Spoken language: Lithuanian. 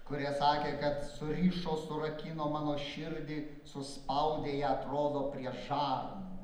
kurie sakė kad surišo surakino mano širdį suspaudė ją atrodo prie žarnų